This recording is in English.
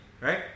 right